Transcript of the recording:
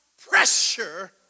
pressure